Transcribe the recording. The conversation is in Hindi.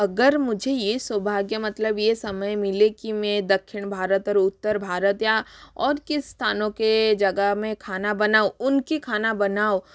अगर मुझे ये सौभाग्य मतलब ये समय मिले की मैं दक्षिण भारत और उत्तर भारत या और किस स्थानों के जगह में खाना बनाऊं उनकी खाना बनाऊं